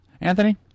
Anthony